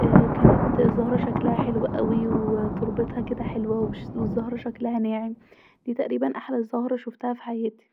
اا كانت زهره شكلها حلو اوي وتربتها كدا حلوه وتربتها شكلها ناعم ديه تقريبا احلي زهره شوفتها في حياتي